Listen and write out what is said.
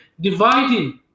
dividing